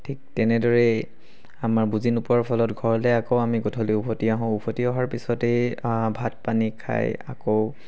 ঠিক তেনেদৰেই আমাৰ বুজি নোপোৱাৰ ফলত ঘৰলৈ আকৌ আমি গধূলি উভতি আহোঁ উভতি অহাৰ পিছতেই ভাত পানী খায় আকৌ